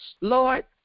Lord